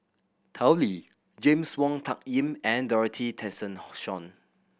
Tao Li James Wong Tuck Yim and Dorothy Tessensohn